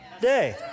day